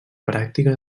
pràctica